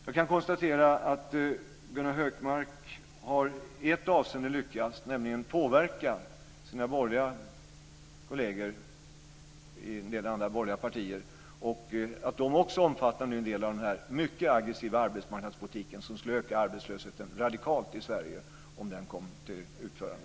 Jag kan konstatera att Gunnar Hökmark har lyckats i ett avseende, nämligen att påverka sina kolleger i en del andra borgerliga partier så att de också omfattar en del av den här mycket aggressiva arbetsmarknadspolitiken som radikalt skulle öka arbetslösheten i Sverige om den kom till utförande.